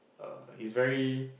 err he is very